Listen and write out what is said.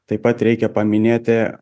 taip pat reikia paminėti